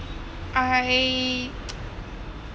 I